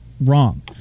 wrong